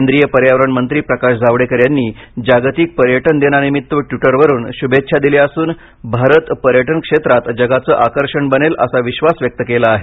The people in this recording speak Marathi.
केंद्रीय पर्यावरण मंत्री प्रकाश जावडेकर यांनी जागतिक पर्यटन दिनानिमित्त ट्वीटरवरून शुभेच्छा दिल्या असून भारत पर्यटन क्षेत्रात जगाचं आकर्षण बनेल असा विश्वास व्यक्त केला आहे